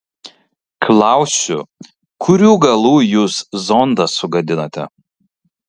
klausiu kurių galų jūs zondą sugadinote